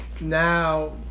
now